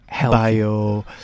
bio